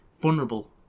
vulnerable